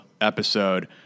episode